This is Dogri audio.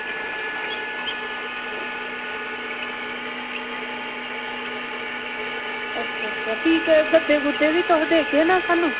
अच्छा अच्छा ठीक ऐ गद्दे बी तुस देगे ना स्हानू